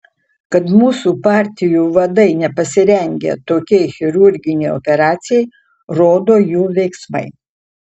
kad mūsų partijų vadai nepasirengę tokiai chirurginei operacijai rodo jų veiksmai